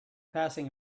passing